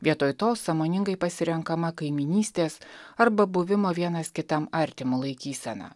vietoj to sąmoningai pasirenkama kaimynystės arba buvimo vienas kitam artimu laikysena